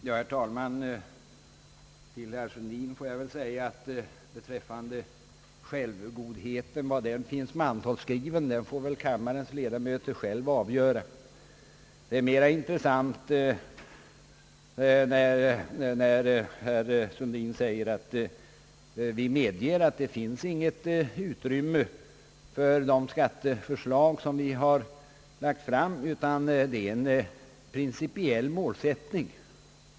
Herr talman! Till herr Sundin vill jag säga att var självgodheten finns mantalsskriven får väl kammarens ledamöter själva avgöra. Det är mera intressant när herr Sundin säger att man från centerpartiets sida medger att det inte finns något utrymme för de skatteförslag som man Jagt fram utan att det är fråga om en principiell målsättning.